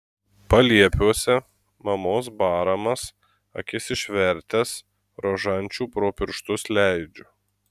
paliepiuose mamos baramas akis išvertęs rožančių pro pirštus leidžiu